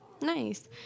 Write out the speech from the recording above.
Nice